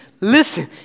Listen